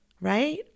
right